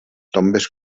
tombes